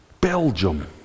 Belgium